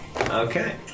Okay